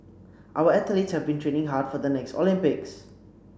our athletes have been training hard for the next Olympics